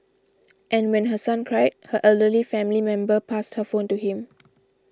and when her son cried her elderly family member passed her phone to him